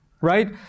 right